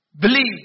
believe